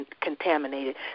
contaminated